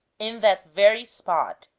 in that very spot.